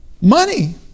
money